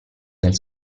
del